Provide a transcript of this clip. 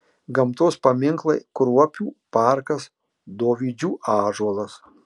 gamtos paminklai kruopių parkas dovydžių ąžuolas